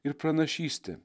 ir pranašystė